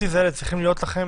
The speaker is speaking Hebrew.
הפסיליטיז האלה צריכים להיות לכם